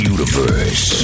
Universe